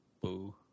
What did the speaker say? Boo